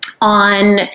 on